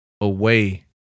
away